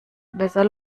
besser